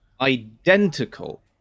identical